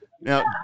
Now